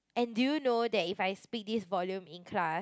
and do you know that if I speak this volume in class